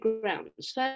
grounds